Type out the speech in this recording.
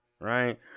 right